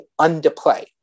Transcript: underplay